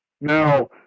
Now